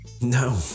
No